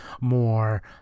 more